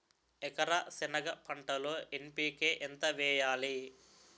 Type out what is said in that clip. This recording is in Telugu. ఎకర సెనగ పంటలో ఎన్.పి.కె ఎంత వేయాలి?